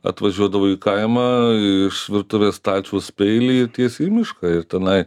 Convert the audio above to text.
atvažiuodavau į kaimą iš virtuvės stalčiaus peilį ir tiesiai į mišką ir tenai